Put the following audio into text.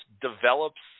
develops